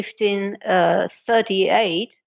1538